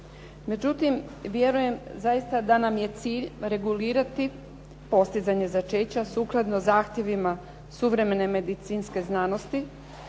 Međutim, vjerujem zaista da nam je cilj regulirati postizanje začeća sukladno zahtjevima suvremene medicinske znanosti